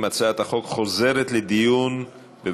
ההצעה להעביר את הצעת חוק לתיקון פקודת